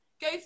go